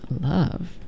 Love